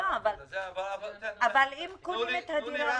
אבל אם אנשים קונים את הדירה,